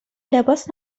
لباس